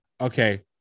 okay